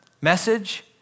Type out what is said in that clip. message